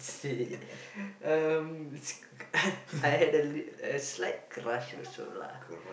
see um s~ I had a li~ a slight crush also lah